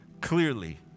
clearly